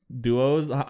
duos